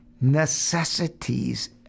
necessities